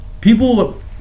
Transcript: People